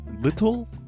Little